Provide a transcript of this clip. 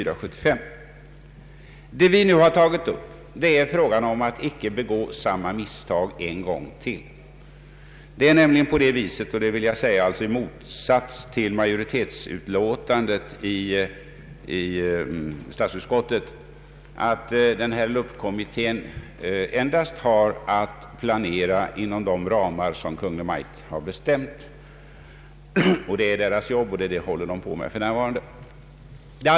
Vad vi tagit upp i våra motioner är att man icke skall begå samma misstag en gång till. Det förhåller sig nämligen på det sättet — i motsats till vad statsutskottets majoritet anfört — att LUP-kommittén endast har att planera inom de ramar Kungl. Maj:t har bestämt. Det är kommitténs uppgift, och det är vad kommittén nu håller på med.